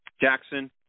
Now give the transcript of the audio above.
Jackson